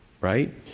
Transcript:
right